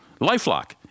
LifeLock